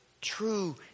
true